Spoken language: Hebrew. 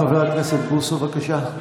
חבר הכנסת בוסו, בבקשה.